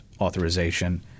authorization